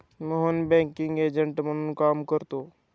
Mohan banking agent म्हणून काम करतो